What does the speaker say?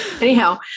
Anyhow